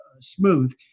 smooth